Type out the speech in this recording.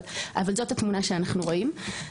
אבל זאת התמונה שאנחנו רואים.